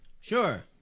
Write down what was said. Sure